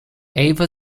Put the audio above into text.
eva